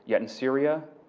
yet in syria